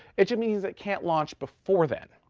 it just means it can't launch before then.